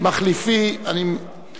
אני קובע